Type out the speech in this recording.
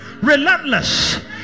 relentless